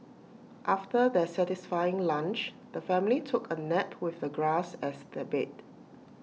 after their satisfying lunch the family took A nap with the grass as their bed